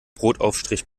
brotaufstrich